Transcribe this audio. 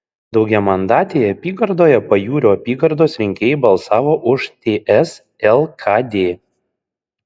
daugiamandatėje apygardoje pajūrio apygardos rinkėjai balsavo už ts lkd